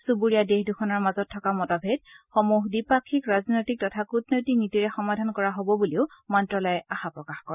চুবুৰীয়া দেশ দুখনৰ মাজত থকা মতভেদ সমূহ দ্বিপাক্ষিক ৰাজনৈতিক তথা কূটনৈতিক নীতিৰে সমাধান কৰা হ'ব বুলিও মন্ত্যালয়ে আশা প্ৰকাশ কৰে